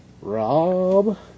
Rob